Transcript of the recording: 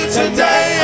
today